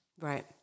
Right